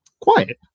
quiet